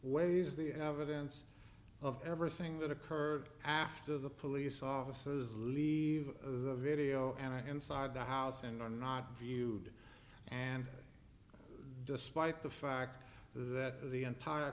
weighs the evidence of everything that occurred after the police officers leave the video and i inside the house and are not viewed and despite the fact that the entire